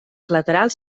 laterals